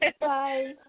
bye